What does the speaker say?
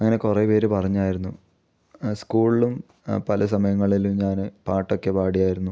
അങ്ങനെ കുറേ പേർ പറഞ്ഞായിരുന്നു സ്കൂളിലും പല സമയങ്ങളിലും ഞാൻ പാട്ടൊക്കെ പാടിയായിരുന്നു